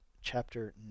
chapter